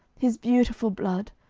his beautiful blood,